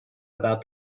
about